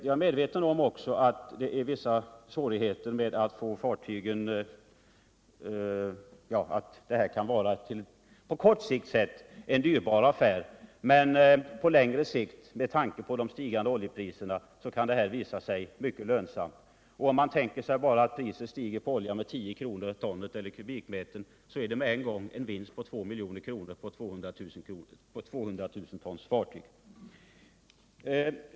Jag är också medveten om att vissa svårigheter är förknippade med denna användning av fartygen och att den på kort sikt kan vara en dyrbar affär, men på längre sikt och med tanke på de stigande oljepriserna kan metoden ändå visa sig mycket lönsam. Om man tänker sig att priset på olja stiger med bara 10 kr. per ton eller kubikmeter får man med en gång en vinst på 2 milj.kr. på ett 200 000-tons fartyg.